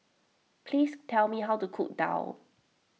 please tell me how to cook Daal